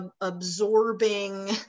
absorbing